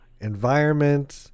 environment